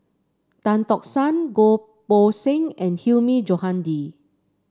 Tan Tock San Goh Poh Seng and Hilmi Johandi